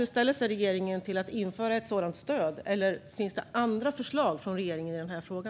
Hur ställer sig regeringen till att införa ett sådant stöd? Eller finns det andra förslag från regeringen i denna fråga?